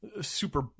super